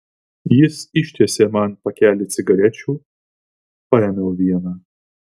jis ištiesė man pakelį cigarečių paėmiau vieną